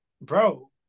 Bro